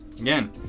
Again